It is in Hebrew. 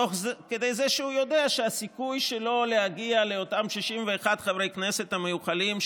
תוך כדי זה שהוא יודע שהסיכוי שלו להגיע לאותם 61 חברי כנסת המיוחלים,